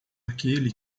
aquele